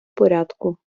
порядку